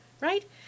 right